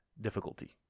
difficulty